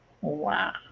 wow